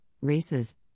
races